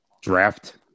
draft